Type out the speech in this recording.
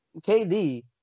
KD